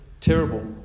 terrible